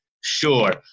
sure